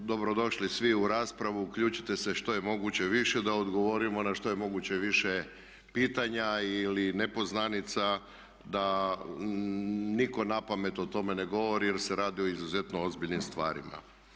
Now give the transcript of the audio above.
Dobro došli svi u raspravu, uključite se što je moguće više da odgovorimo na što je moguće više pitanja ili nepoznanica, da nitko na pamet o tome ne govori, jer se radi o izuzetno ozbiljnim stvarima.